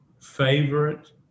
favorite